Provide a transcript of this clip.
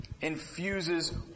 infuses